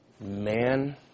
man